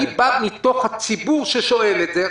אני בא מתוך הציבור ששואל את זה.